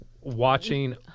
watching